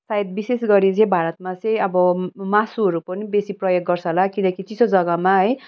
विशेष गरी चाहिँ भारतमा चाहिँ अब मासुहरूको पनि बेसी प्रयोग गर्छ होला किनकि चिसो जग्गामा है